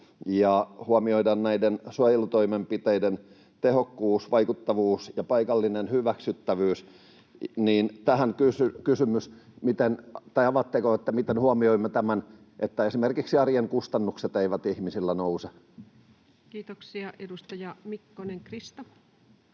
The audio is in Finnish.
ja huomioidaan näiden suojelutoimenpiteiden tehokkuus, vaikuttavuus ja paikallinen hyväksyttävyys, niin tähän kysymys: avaatteko, miten huomioimme tämän, että esimerkiksi arjen kustannukset eivät ihmisillä nouse? [Speech 260] Speaker: